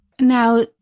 Now